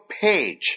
page